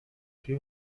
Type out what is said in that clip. più